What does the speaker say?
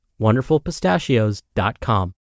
WonderfulPistachios.com